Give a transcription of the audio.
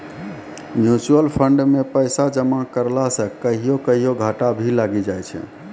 mutual fund मे पैसा जमा करला से कहियो कहियो घाटा भी लागी जाय छै